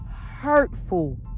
hurtful